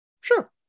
Sure